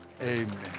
amen